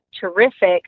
Terrific